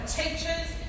teachers